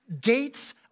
Gates